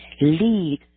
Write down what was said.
Lead